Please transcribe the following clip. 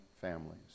families